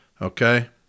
Okay